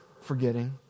forgetting